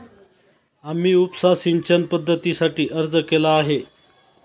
आम्ही उपसा सिंचन पद्धतीसाठी अर्ज केला आहे